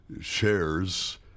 shares